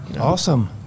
Awesome